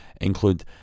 include